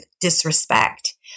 disrespect